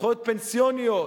זכויות פנסיוניות,